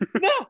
No